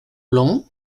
blanc